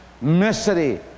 misery